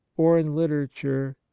or in literature,